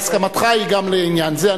הסכמתך היא גם לעניין זה.